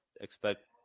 expect